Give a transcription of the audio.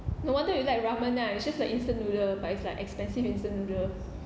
no wonder you like ramen ah it's just like instant noodle but it's like expensive instant noodle